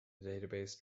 database